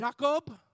Jacob